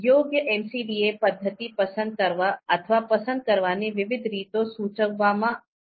યોગ્ય એમસીડીએ પદ્ધતિ પસંદ કરવા અથવા પસંદ કરવાની વિવિધ રીતો સૂચવવામાં આવી છે